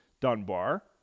Dunbar